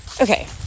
okay